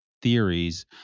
theories